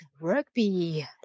rugby